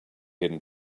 hidden